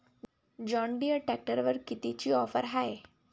John Deere ट्रॅक्टरवर कितीची offer हाये?